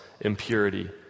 impurity